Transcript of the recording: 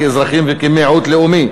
כאזרחים וכמיעוט לאומי,